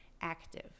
active